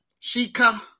Shika